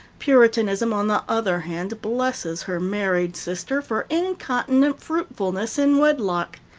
puritanism, on the other hand, blesses her married sister for incontinent fruitfulness in wedlock.